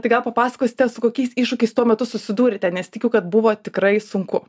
tai gal papasakosite su kokiais iššūkiais tuo metu susidūrėte nes tikiu kad buvo tikrai sunku